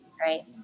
Right